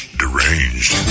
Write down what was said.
deranged